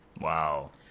wow